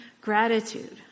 gratitude